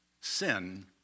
sin